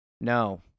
No